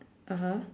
(uh huh)